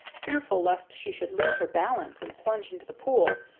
fearful lest she should lose her balance and plunge into the pool,